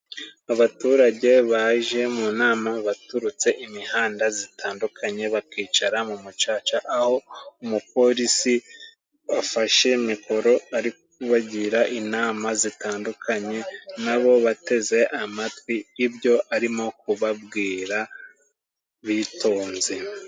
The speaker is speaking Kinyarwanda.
Abaturage baje mu nama, baturutse imihanda zitandukanye, bakicara mu macaca, aho umupolisi afashe mikoro, ari kubagira inama zitandukanye, na bo bateze amatwi ibyo arimo kubabwira, bitonze.